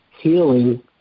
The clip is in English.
healing